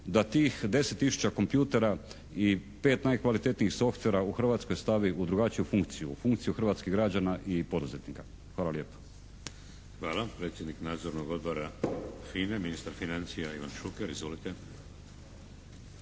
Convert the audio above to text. da tih 10 tisuća kompjutera i pet najkvalitetnijih softwera stavi u drugačiju funkciju, u funkciju hrvatskih građana i poduzetnika. Hvala lijepa. **Šeks, Vladimir (HDZ)** Hvala. Predsjednik Nadzornog odbora FINA-e ministar financija Ivan Šuker. Izvolite!